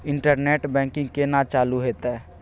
Internet banking केना चालू हेते?